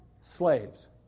slaves